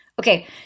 Okay